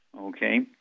Okay